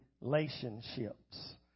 relationships